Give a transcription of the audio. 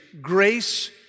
grace